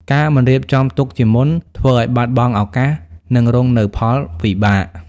ការមិនរៀបចំទុកជាមុន ធ្វើឲ្យបាត់បង់ឱកាស និងរងនូវផលវិបាក។